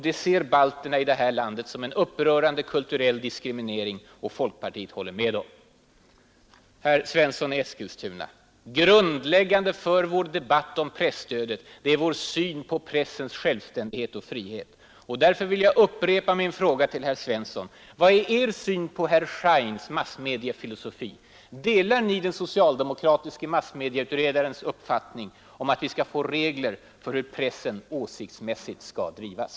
Det ser balterna i detta land som en upprörande kulturdiskriminering, och folkpartiet håller med dem. Herr Svensson i Eskilstuna! Grundläggande för vår debatt om presstödet är vår syn på pressens självständighet och frihet. Därför vill jag upprepa min fråga till herr Svensson: Vad är er syn på herr Scheins massmediefilosofi? Delar Ni den socialdemokratiske massmedieutredarens uppfattning om att vi skall få regler för hur pressen ”åsiktsmässigt skall drivas”?